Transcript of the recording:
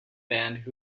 band